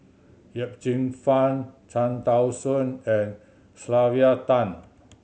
Yip Cheong Fun Cham Tao Soon and Sylvia Tan